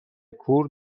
کور